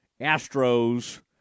astros